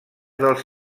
dels